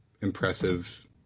impressive